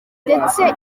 ndetse